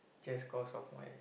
just cause of my